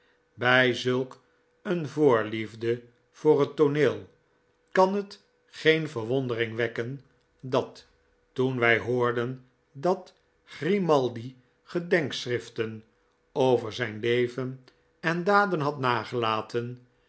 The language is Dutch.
bij zulk een voorliefde voor het tooneel kan het geen verwondering wekken dat toen wij hoorden dat grimaldi gedenkschriften over zijn leven en daden had nagelaten